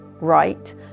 right